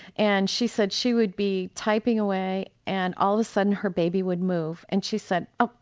and she said she would be typing away and all of a sudden her baby would move. and she said oh,